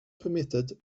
permitted